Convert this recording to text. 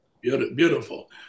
Beautiful